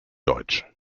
deutsch